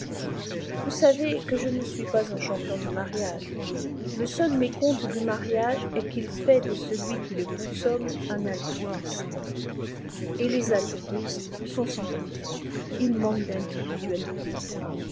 vous savez que je ne suis pas un champion du mariage le seul mécompte du mariage est qu'il fait de celui qui le consomme un altruiste et les altruistes sont sans couleur ils manquent d'individualité